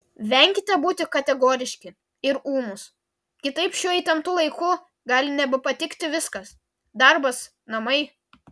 venkite būti kategoriški ir ūmūs kitaip šiuo įtemptu laiku gali nebepatikti viskas darbas namai